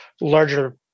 larger